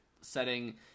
setting